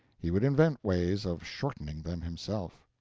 he would invent ways of shortening them himself.